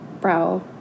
brow